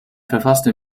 verfasste